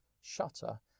shutter